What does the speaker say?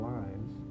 lives